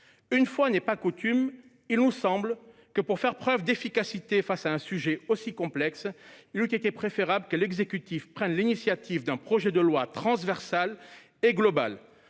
Une fois n'est pas coutume, il nous semble que, pour faire preuve d'efficacité face à un sujet complexe, il eût été préférable que l'exécutif présente un projet de loi transversal et global.